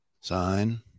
sign